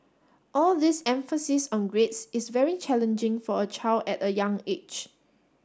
all this emphasis on grades is very challenging for a child at a young age